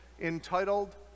entitled